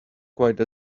quite